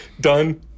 done